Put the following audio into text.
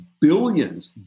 billions